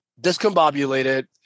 discombobulated